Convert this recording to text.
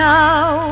now